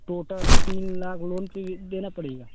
total तीन lakh loan को देना पड़ेगा